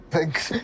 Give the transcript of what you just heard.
Thanks